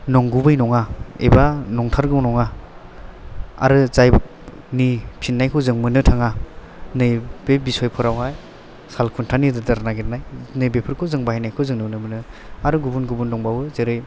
नंगुबै नङा एबा नंथारगौ नङा आरो जायनि फिन्नायखौ जों मोन्नो थाङा नै बे बिसयफोरावहाय सालखुन्थानि रोदा नागिरनाय नै बेफोरखौ जों बाहायनायखौ जों नुनो मोनो आरो गुबुन गुबुन दंबावो जेरै